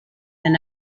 than